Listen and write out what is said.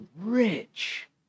rich